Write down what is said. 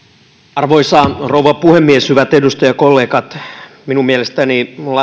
arvoisa rouva puhemies hyvät edustajakollegat minun mielestäni lasten ja